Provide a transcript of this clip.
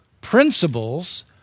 principles